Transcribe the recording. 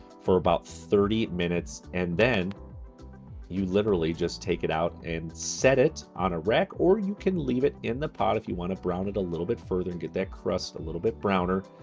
for about thirty minutes. and then you literally just take it out and set it on a rack, or you can leave it the pot if you wanna brown it a little bit further, and get that crust a little bit browner.